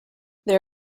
there